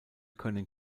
können